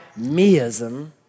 meism